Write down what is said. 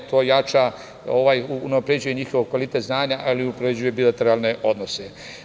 To unapređuje njihov kvalitet znanja, ali unapređuje i bilateralne odnose.